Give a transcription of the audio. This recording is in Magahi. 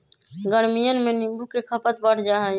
गर्मियन में नींबू के खपत बढ़ जाहई